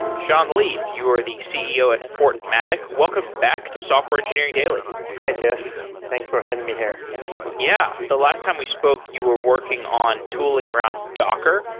sean li, you are the ceo at fortmatic. welcome back to software engineering daily hi, jeff. thanks for having me here yeah. the last time we spoke you were working on tooling around docker.